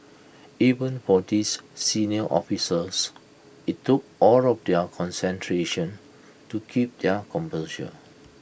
even for these senior officers IT took all of their concentration to keep their composure